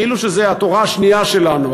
כאילו זאת התורה השנייה שלנו,